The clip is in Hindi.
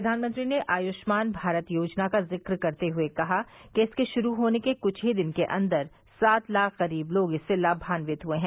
प्रधानमंत्री ने आयुष्मान भारत योजना का जिक्र करते हए कहा कि इसके शुरू होने के कुछ ही दिन के अंदर सात लाख गरीब लोग इससे लाभान्वित हुए हैं